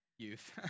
youth